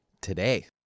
today